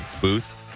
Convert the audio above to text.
booth